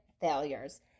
failures